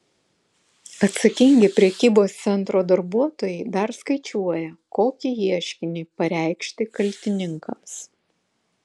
atsakingi prekybos centro darbuotojai dar skaičiuoja kokį ieškinį pareikšti kaltininkams